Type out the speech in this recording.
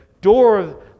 door